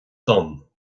donn